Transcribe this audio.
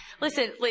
listen